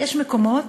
שיש מקומות